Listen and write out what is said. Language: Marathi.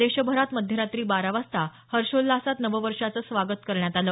देशभरात मध्यरात्री बारा वाजता हर्षोल्हासात नववर्षाचं स्वागत करण्यात आलं